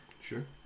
Sure